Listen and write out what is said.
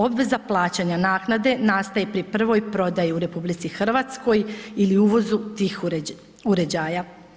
Obveza plaćanja naknade nastaje pri prvoj prodaji u RH ili uvozu tih uređaja.